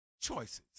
choices